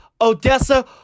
Odessa